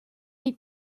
des